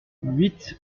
huit